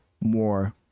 more